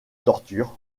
tortures